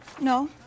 No